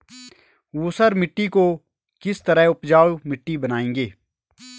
ऊसर मिट्टी को किस तरह उपजाऊ मिट्टी बनाएंगे?